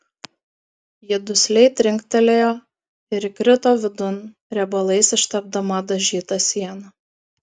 ji dusliai trinktelėjo ir įkrito vidun riebalais ištepdama dažytą sieną